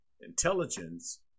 intelligence